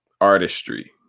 artistry